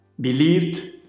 believed